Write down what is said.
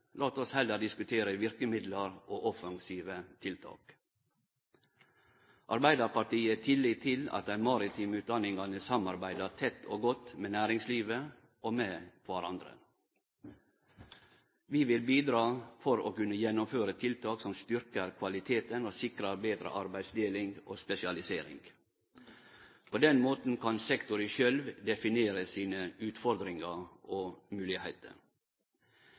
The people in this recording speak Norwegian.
Lat oss heller diskutere verkemiddel og offensive tiltak. Arbeidarpartiet har tillit til at dei maritime utdaningane samarbeider tett og godt med næringslivet og med kvarandre. Vi vil bidra til å kunne gjennomføre tiltak som styrkjer kvaliteten og sikrar betre arbeidsdeling og spesialisering. På den måten kan sektoren sjølv definere sine utfordringar og